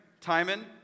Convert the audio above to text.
Timon